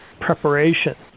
preparation